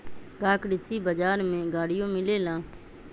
का कृषि बजार में गड़ियो मिलेला?